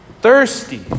thirsty